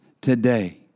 today